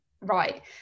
right